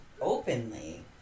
openly